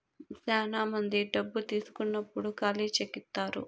శ్యానా మంది డబ్బు తీసుకున్నప్పుడు ఖాళీ చెక్ ఇత్తారు